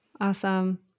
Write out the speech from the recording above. awesome